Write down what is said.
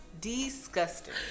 Disgusting